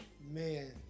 Man